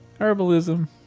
herbalism